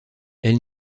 elle